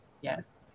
Yes